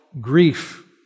grief